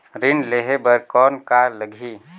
ऋण लेहे बर कौन का लगही?